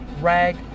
rag